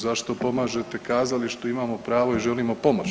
Zašto pomažete kazalištu, imamo pravo i želimo pomoć.